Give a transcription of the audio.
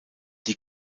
die